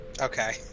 Okay